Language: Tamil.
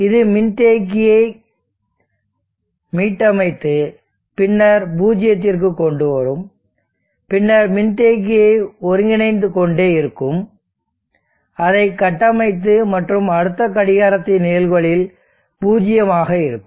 இது மின்தேக்கியை மீட்டமைத்து பின்னர் பூஜ்ஜியத்திற்கு கொண்டு வரும் பின்னர் மின்தேக்கியை ஒருங்கிணைந்து கொண்டே இருக்கும் அதை கட்டமைத்து மற்றும் அடுத்த கடிகாரத்தின் நிகழ்வுகளில் பூஜ்ஜியமாக இருக்கும்